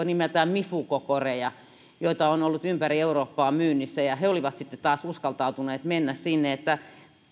nimeltään mifuko korit on ollut ympäri eurooppaa myynnissä ja ja he olivat sitten taas uskaltautuneet menemään sinne